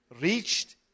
reached